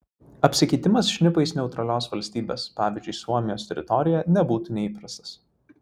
apsikeitimas šnipais neutralios valstybės pavyzdžiui suomijos teritorijoje nebūtų neįprastas